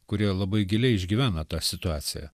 kurie labai giliai išgyvena tą situaciją